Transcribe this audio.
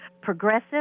progressive